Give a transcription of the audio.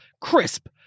crisp